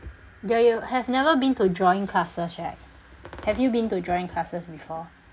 dear you have never been to drawing classes right have you been to drawing classes before